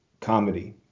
comedy